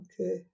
Okay